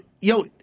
yo